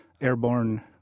airborne